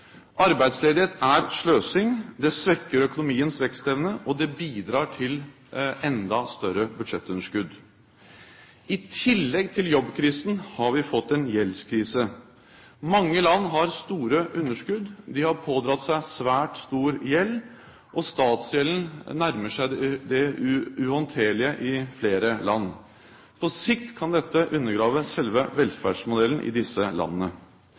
Arbeidsledighet er sløsing. Det svekker økonomiens vekstevne, og det bidrar til enda større budsjettunderskudd. I tillegg til jobbkrisen har vi fått en gjeldskrise. Mange land har store underskudd, de har pådratt seg svært stor gjeld. Statsgjelden nærmer seg det uhåndterlige i flere land. På sikt kan dette undergrave selve velferdsmodellen i disse landene.